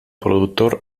productor